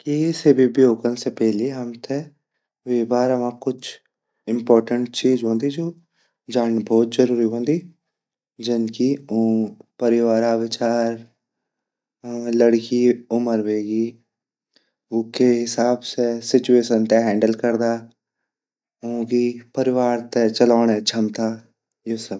केसे भी ब्यो कन से पहली हमते वेगा बारे मा कुछ इम्पोर्टेन्ट चीज़ वोन्दि जो हमते जांड भोत ज़रूरी वोंदी जन की ऊंगा परिवारा विचार अर लड़की उम्र वेगि उ के हिसाब से सिचुएशन ते हैंडल करदा उंगी परिवार ते चालौंडे छमता यु सब।